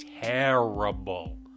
Terrible